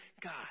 God